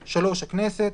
(3)הכנסת,